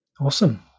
Awesome